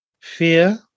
fear